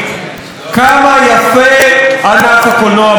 כמה יפה ענף הקולנוע בארץ הזאת,